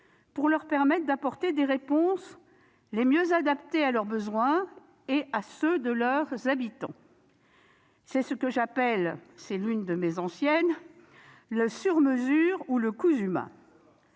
de leur permettre d'apporter les réponses les mieux adaptées à leurs besoins et à ceux de leurs habitants. C'est ce que j'appelle- c'est l'une de mes antiennes ! -le « sur-mesure », ou le « cousu-main